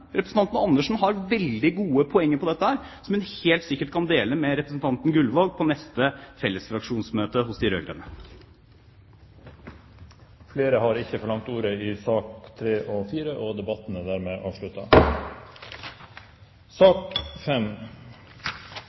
Representanten Andersen har veldig gode poenger når det gjelder dette, som hun helt sikkert kan dele med representanten Gullvåg på neste felles fraksjonsmøte hos de rød-grønne. Flere har ikke bedt om ordet til sakene nr. 3 og 4. Etter ønske fra arbeids- og